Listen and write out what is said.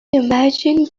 imagine